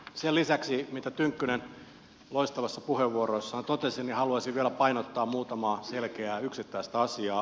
sen lisäksi mitä tynkkynen loistavassa puheenvuorossaan totesi haluaisin vielä painottaa muutamaa selkeää yksittäistä asiaa